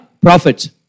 Prophets